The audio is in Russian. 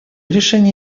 решения